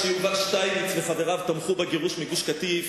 כשיובל שטייניץ וחבריו תמכו בגירוש מגוש-קטיף